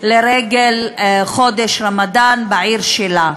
לרגל חודש הרמדאן בעיר שלה.